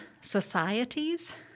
societies